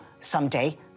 someday